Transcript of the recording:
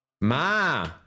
Ma